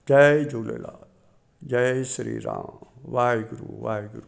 जय झूलेलाल जय श्री राम वाहेगुरु वाहेगुरु वाहेगुरु